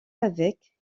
avec